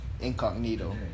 incognito